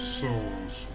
souls